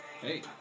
hey